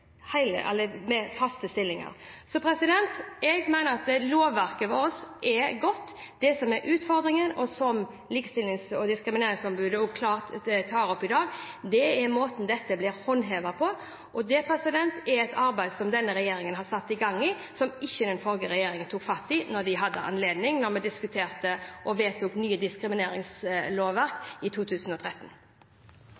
som er utfordringen, og som Likestillings- og diskrimineringsombudet tar opp i dag, er måten dette blir håndhevet på. Det er et arbeid som denne regjeringen har satt i gang, som ikke den forrige regjeringen tok fatt i da de hadde anledning da vi diskuterte og vedtok et nytt diskrimineringslovverk i 2013.